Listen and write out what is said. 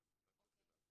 תיקים.